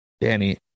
Danny